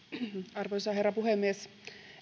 arvoisa herra puhemies